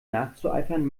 nachzueifern